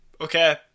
okay